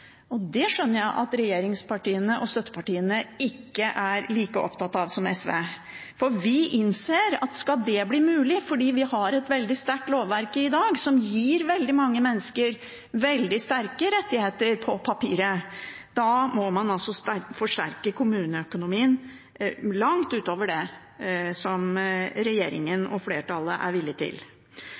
Det skjønner jeg at regjeringspartiene og støttepartiene ikke er like opptatt av som SV, for vi innser at skal det bli mulig – for vi har et veldig sterkt lovverk i dag, som gir veldig mange mennesker veldig sterke rettigheter på papiret – må man forsterke kommuneøkonomien langt utover det som regjeringen og flertallet er villig til.